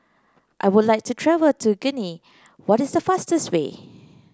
I would like to travel to Guinea what is the fastest way